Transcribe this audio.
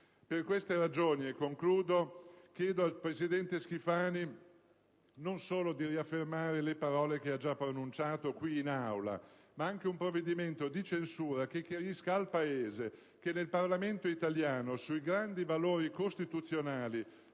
Per questo chiedo al presidente Schifani non solo di riaffermare le parole che ha già pronunciato qui in Aula, ma anche un provvedimento di censura che chiarisca al Paese che nel Parlamento italiano, sui grandi valori costituzionali,